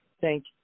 Thank